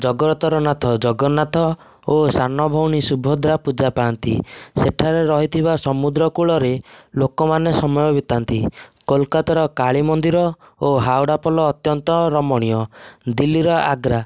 ଜଗତର ନାଥ ଜଗନ୍ନାଥ ଓ ସାନ ଭଉଣୀ ସୁଭଦ୍ରା ପୂଜା ପାଆନ୍ତି ସେଠାରେ ରହିଥିବା ସମୁଦ୍ର କୂଳରେ ଲୋକମାନେ ସମୟ ବିତାନ୍ତି କୋଲକାତାର କାଳି ମନ୍ଦିର ଓ ହାଓଡ଼ା ପୋଲ ଅତ୍ୟନ୍ତ ରମଣୀୟ ଦିଲ୍ଲୀର ଆଗ୍ରା